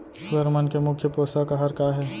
सुअर मन के मुख्य पोसक आहार का हे?